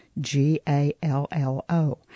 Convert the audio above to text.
G-A-L-L-O